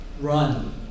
Run